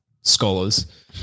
scholars